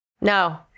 No